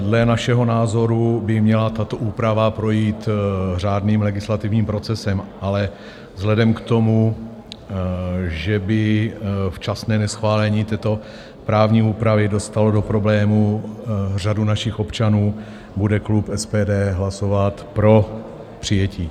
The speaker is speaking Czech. Dle našeho názoru by měla tato úprava projít řádným legislativním procesem, ale vzhledem k tomu, že by včasné neschválení této právní úpravy dostalo do problémů řadu našich občanů, bude klub SPD hlasovat pro přijetí.